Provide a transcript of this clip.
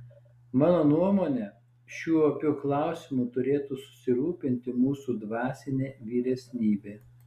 mano nuomone šiuo opiu klausimu turėtų susirūpinti mūsų dvasinė vyresnybė